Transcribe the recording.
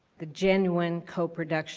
the genuine coproduction